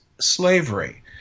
slavery